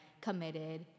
committed